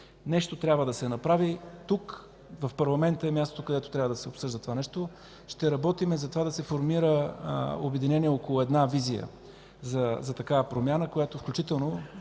Нещо трябва да се направи. Тук, в парламента е мястото, където трябва да се обсъжда това нещо. Ще работим за това да се формира обединение около една визия за такава промяна, която включително